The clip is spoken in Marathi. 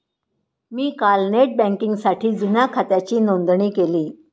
मी काल नेट बँकिंगसाठी जुन्या खात्याची नोंदणी केली